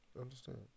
Understand